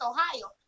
Ohio